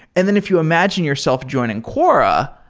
and then if you imagine yourself joining quora,